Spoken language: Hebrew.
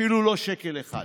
אפילו לא שקל אחד.